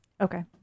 Okay